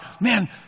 man